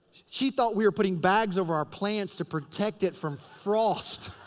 she thought we were putting bags over our plants to protect it from frost.